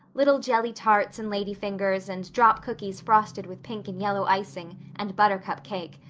little jelly tarts and lady fingers, and drop cookies frosted with pink and yellow icing, and buttercup cake.